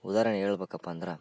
ಉದಾಹರಣೆ ಹೇಳ್ಬೇಕಪ್ಪಂದ್ರೆ